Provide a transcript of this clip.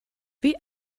wie